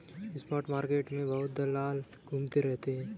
spot market में बहुत दलाल घूमते रहते हैं